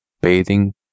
bathing